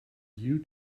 you